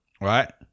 right